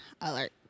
alert